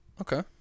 Okay